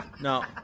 No